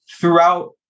throughout